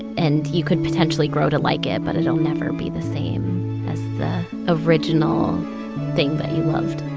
and you could potentially grow to like it, but it'll never be the same as the original thing that you loved